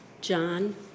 John